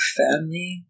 family